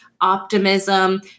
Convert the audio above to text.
optimism